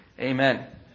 amen